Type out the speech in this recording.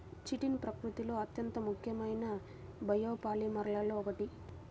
chitin ప్రకృతిలో అత్యంత ముఖ్యమైన బయోపాలిమర్లలో ఒకటి